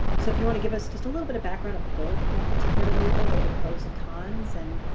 so if you want to give us just a little bit of background of both methods of hair removal what are the pros and cons and